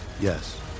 Yes